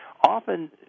often